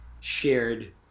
shared